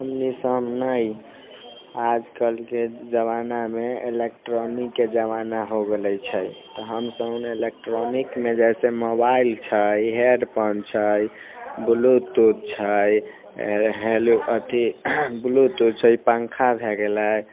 आजकलके जमानामे इलेक्ट्रॉनिकके जमाना हो गेलै छै तऽ हमसब ने इलेक्ट्रॉनिकमे जैसे मोबाइल छै हेडफोन छै ब्लूटूथ छै ब्लूटूथ छै पङ्खा भए गेलै